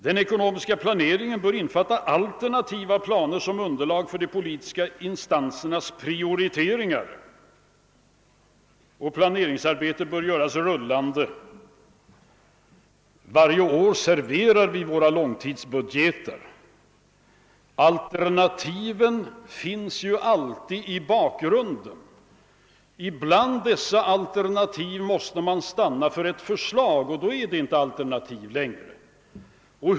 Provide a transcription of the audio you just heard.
Den ekonomiska planeringen bör innefatta alternativa planer som underlag för de politiska instansernas prioriteringar, och planeringsarbetet bör göras rullande, sade herr Gustafson. — Varje år serverar vi en långtidsbudget. Alternativen finns alltid i bakgrunden. Man måste stanna för ett förslag bland dessa alternativ, och då är det inte längre något alternativ.